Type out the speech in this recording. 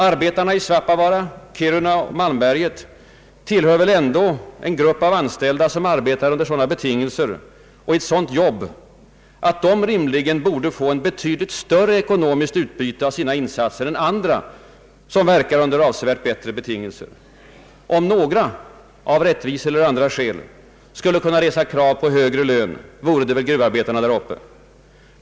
Arbetarna i Svappavara, Kiruna och Malmberget tillhör väl ändå en grupp av anställda som arbetar under sådana betingelser och på ett sådant jobb att de rimligen borde få ett betydligt större ekonomiskt utbyte av sina insatser än andra, som verkar under avsevärt bättre betingelser. Om några av rättviseeller andra skäl skulle kunna resa krav på högre lön, så vore det väl gruvarbetarna där uppe.